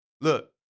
Look